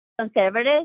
conservative